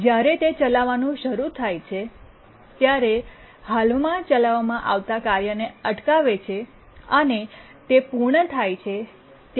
જ્યારે તે ચલાવવાનું શરૂ થાય છે ત્યારે હાલમાં ચલાવવામાં આવતા કાર્યોને અટકાવે છે અને તે પૂર્ણ થાય છે ત્યારે